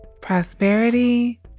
prosperity